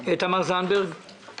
תמר זנדברג, בבקשה.